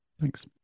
Thanks